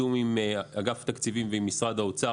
בתיאום עם אגף תקציבים ועם משרד האוצר